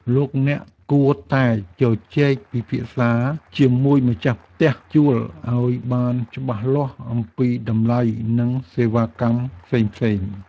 លោកអ្នកគួរតែជជែកពិភាក្សាជាមួយម្ចាស់ផ្ទះជួលឱ្យបានច្បាស់លាស់អំពីតម្លៃនិងសេវាកម្មផ្សេងៗ។